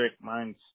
mine's